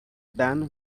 then